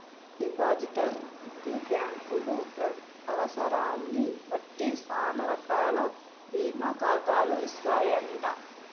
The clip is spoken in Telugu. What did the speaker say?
డిపాజిటర్ కి బ్యాంకులు అవసరాన్ని బట్టి సానా రకాల బీమా ఖాతాలు ఇస్తాయంట